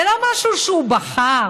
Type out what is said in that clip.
זה לא משהו שהוא בחר,